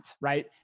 Right